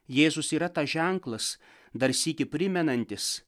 jėzus yra tas ženklas dar sykį primenantis